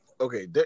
Okay